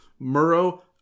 Murrow